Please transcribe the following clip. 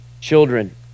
Children